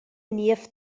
niev